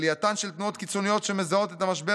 עלייתן של תנועות קיצוניות שמזהות את המשבר